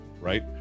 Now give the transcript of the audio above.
right